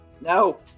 no